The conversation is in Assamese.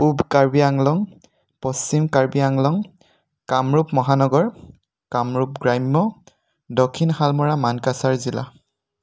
পূব কাৰ্বি আংলং পশ্চিম কাৰ্বি আংলং কামৰূপ মহানগৰ কামৰূপ গ্ৰাম্য দক্ষিণ শালমৰা মানকাছাৰ জিলা